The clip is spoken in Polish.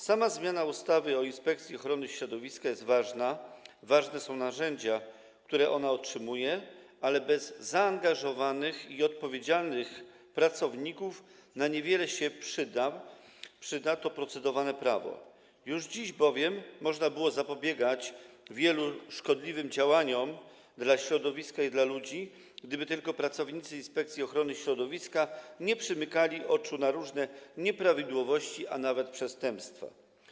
Sama zmiana ustawy o Inspekcji Ochrony Środowiska jest ważna, ważne są narzędzia, które ona otrzymuje, ale bez zaangażowanych i odpowiedzialnych pracowników to prawo, nad którym procedujemy, na niewiele się przyda, bowiem już dziś można było zapobiegać wielu szkodliwym działaniom dla środowiska i dla ludzi, gdyby tylko pracownicy Inspekcji Ochrony Środowiska nie przymykali oczu na różne nieprawidłowości, a nawet przestępstwa.